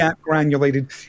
granulated